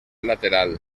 lateral